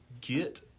get